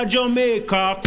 Jamaica